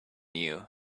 you